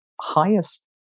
highest